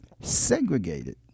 segregated